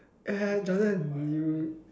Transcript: eh Jordan you